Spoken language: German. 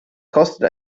kostet